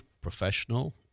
professional